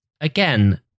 Again